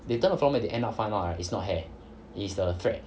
they turn the floor mat they end up find out right it's not hair is the thread